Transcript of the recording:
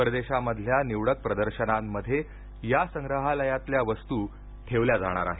परदेशामधल्या निवडक प्रदर्शनांमध्ये या संग्रहालयातल्या वस्तू ठेवल्या जाणार आहेत